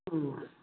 ꯎꯝ